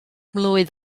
mlwydd